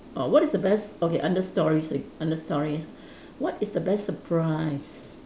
uh what is the best okay under stories err under story what is the best surprise